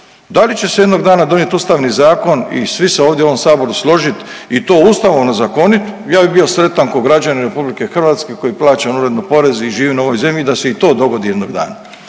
Da li će se jednog dana donijeti Ustavni zakon i svi se ovdje u ovom Saboru složiti i to Ustavom ozakoniti ja bih bio sretan kao građanin Republike Hrvatske koji plaćam uredno porez i živim na ovoj zemlji da se i to dogodi jednog dana